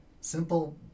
simple